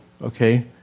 Okay